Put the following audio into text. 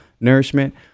nourishment